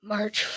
March